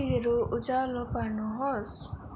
बत्तीहरू उज्यालो पार्नुहोस्